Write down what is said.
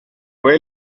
fue